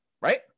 right